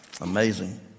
Amazing